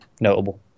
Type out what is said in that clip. notable